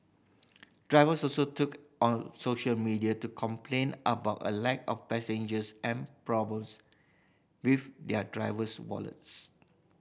drivers also took on social media to complain about a lack of passengers and problems with their driver's wallets